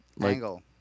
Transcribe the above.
Angle